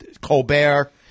Colbert